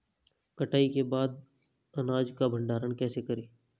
कटाई के बाद अनाज का भंडारण कैसे करें?